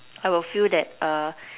I will feel that